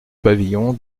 pavillon